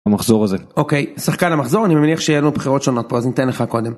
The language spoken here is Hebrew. המחזור הזה אוקיי שחקן המחזור אני מניח שיהיו לנו בחירות שונות פה אז ניתן לך קודם.